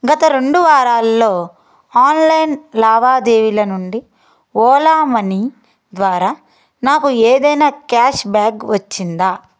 గత రెండు వారాల్లో ఆన్లైన్ లావాదేవీల నుండి ఓలా మనీ ద్వారా నాకు ఏదైనా క్యాష్ బ్యాగ్ వచ్చిందా